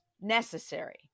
necessary